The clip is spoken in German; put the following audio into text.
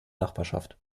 nachbarschaft